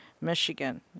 Michigan